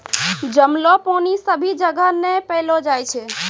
जमलो पानी सभी जगह नै पैलो जाय छै